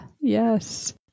Yes